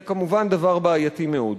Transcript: זה כמובן דבר בעייתי מאוד.